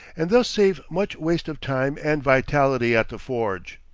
and thus save much waste of time and vitality at the forge.